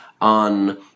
on